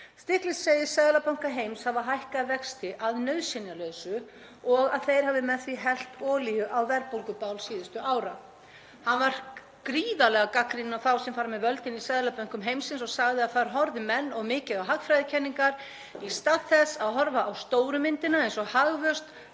Stiglitz segir seðlabanka heims hafa hækkað vexti að nauðsynjalausu og að þeir hafi með því hellt olíu á verðbólgubál síðustu ára. Hann var gríðarlega gagnrýninn á þá sem fara með völdin í seðlabönkum heimsins og sagði að þar horfðu menn of mikið á hagfræðikenningar í stað þess að horfa á stóru myndina eins og hagvöxt,